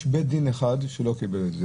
יש בית דין אחד שלא קיבל את זה,